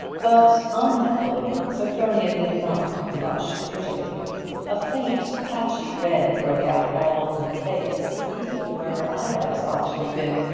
but, unhappily, sophronia did not blush prettily a faint patchy red broke out all over her face, even where her eyebrows ought to have been,